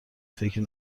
فکری